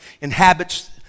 inhabits